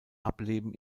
ableben